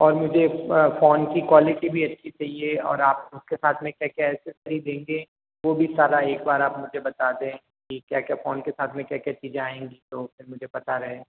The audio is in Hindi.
और मुझे फोन की क्वालिटी भी अच्छी चाहिए और आप इसके साथ में क्या क्या एस्सेसरीज देंगे वो भी सारा एक बार आप मुझे बता दें कि क्या क्या फोन के साथ में क्या क्या चीज़ें आएंगी तो फिर मुझे पता रहे